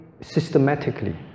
systematically